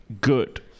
good